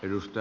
ennuste